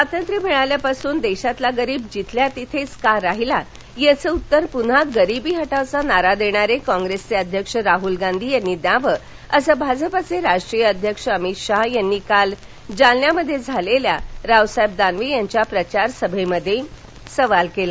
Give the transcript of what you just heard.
स्वातंत्र्य मिळाल्यापासून देशातला गरीब जिथल्या तिथेच का राहिला याचं उत्तर पुन्हा गरिबी हटावचा नारा देणारे काँग्रेसचे अध्यक्ष राहल गांधी यांनी द्यावं असं भाजपाचे राष्ट्रीय अध्यक्ष अमित शहा काल जालना इथं झालेल्या रावसाहेब दानवे यांच्या प्रचार सभेत म्हणाले